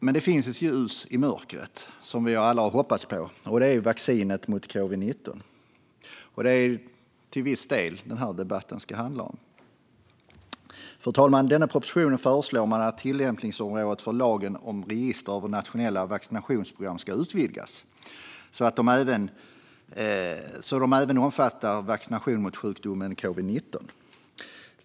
Men det finns ett ljus i mörkret som vi alla har hoppats på, och det är vaccinet mot covid-19. Det är till viss del det som den här debatten ska handla om. Fru talman! I denna proposition föreslår man att tillämpningsområdet för lagen om register över nationella vaccinationsprogram ska utvidgas så att det även omfattar vaccinationer mot sjukdomen covid-19.